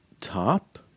top